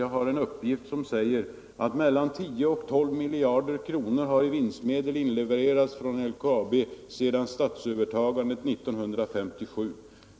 Jag har en uppgift som säger att mellan 10 och 12 miljarder kronor i vinstmedel har inlevererats från LKAB sedan statsövertagandet 1957.